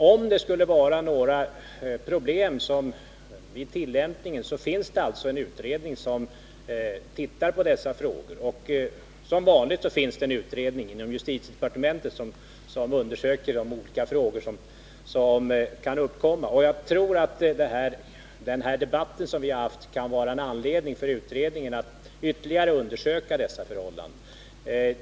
Om det skulle vara några problem vid tillämpningen kan en utredning ta upp dessa frågor, och som vanligt finns det en utredning inom justitiedepartementet som undersöker de olika frågor som kan uppkomma. Jag tror att den här debatten som vi har haft kan vara en anledning för utredningen att ytterligare undersöka dessa förhållanden.